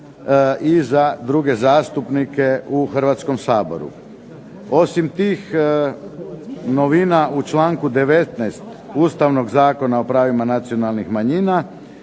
i za druge zastupnike u Hrvatskom saboru. Osim tih novina u članku 19. Ustavnog zakona o pravima nacionalnih manjina